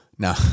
No